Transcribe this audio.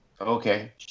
Okay